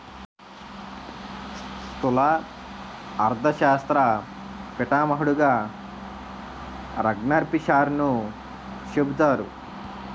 స్థూల అర్థశాస్త్ర పితామహుడుగా రగ్నార్ఫిషర్ను చెబుతారు